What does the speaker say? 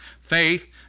faith